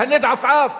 בהינד עפעף.